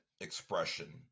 expression